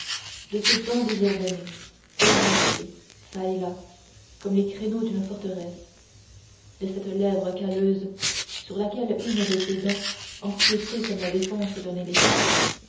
de ces dents désordonnées ébréchées çà et là comme les créneaux d'une forteresse de cette lèvre calleuse sur laquelle une de ces dents empiétait comme la défense d'un éléphant